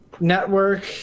network